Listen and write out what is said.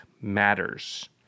matters